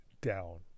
down